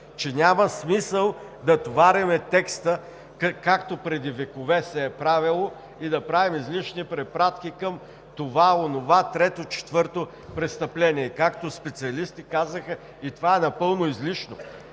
че няма смисъл да товарим текста, както преди векове се е правело, и да правим излишни препратки към това, онова, трето, четвърто престъпление. Като специалисти казаха, че това е напълно излишно,